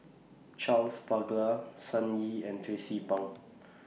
Charles Paglar Sun Yee and Tracie Pang